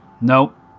Nope